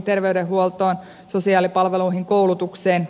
terveydenhuoltoon sosiaalipalveluihin koulutukseen